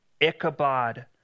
Ichabod